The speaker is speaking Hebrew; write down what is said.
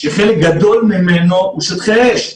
שחלק גדול ממנו הוא שטח אש.